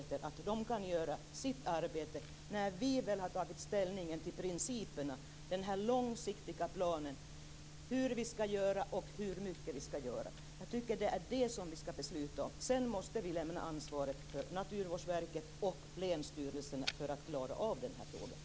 Litar vi på att de kan göra sitt arbete när vi väl har tagit ställning till principerna när det gäller den långsiktiga planen om hur vi skall göra och hur mycket vi skall göra? Jag tycker att det är det vi skall besluta om. Sedan måste vi lämna ansvaret åt Naturvårdsverket och länsstyrelserna för att klara av den här frågan.